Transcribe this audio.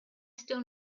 still